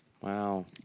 Wow